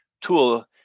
tool